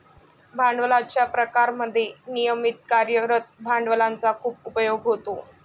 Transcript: भांडवलाच्या प्रकारांमध्ये नियमित कार्यरत भांडवलाचा खूप उपयोग होतो